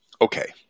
Okay